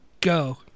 Go